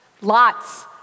lots